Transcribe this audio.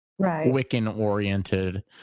Wiccan-oriented